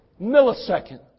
millisecond